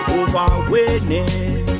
overwhelming